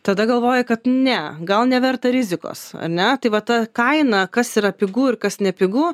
tada galvoj kad ne gal neverta rizikos ar ne tai va ta kaina kas yra pigu ir kas nepigu